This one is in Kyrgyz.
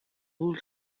бул